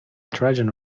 trajan